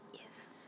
Yes